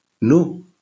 no